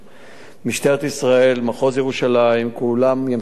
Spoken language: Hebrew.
משטרת ישראל, מחוז ירושלים, כולם ימשיכו בפעילות